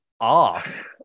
off